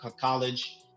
college